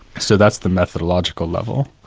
so that's the methodological level.